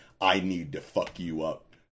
I-need-to-fuck-you-up